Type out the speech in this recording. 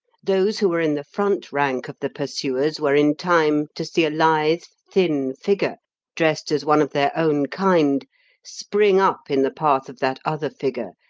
those who were in the front rank of the pursuers were in time to see a lithe, thin figure dressed as one of their own kind spring up in the path of that other figure,